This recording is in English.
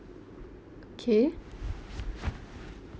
okay